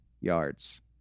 yards